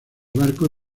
barco